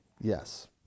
Yes